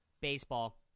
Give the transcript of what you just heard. Baseball